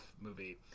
movie